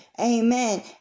Amen